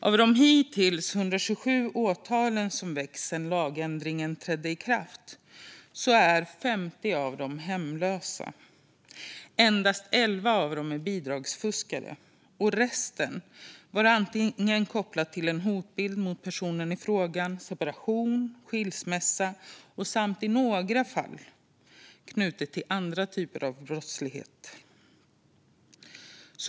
Av de hittills 127 åtal som väckts sedan lagändringen trädde i kraft är 50 mot hemlösa. Endast 11 är mot bidragsfuskare. För resten fanns det koppling till antingen en hotbild mot personen i fråga, till en separation eller till en skilsmässa. I några fall var det knutet till andra typer av brottslighet.